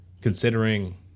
Considering